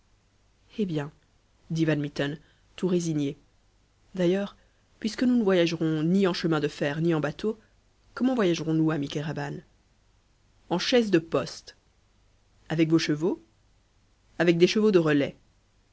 eh bien dit van mitten tout résigné d'ailleurs puisque nous ne voyagerons ni en chemin de fer ni en bateau comment voyagerons nous ami kéraban en chaise de poste avec vos chevaux avec des chevaux de relais